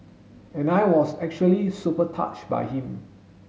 and I was actually super touched by him